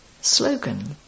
Slogan